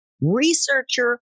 researcher